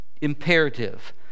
imperative